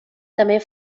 també